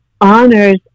honors